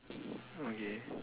okay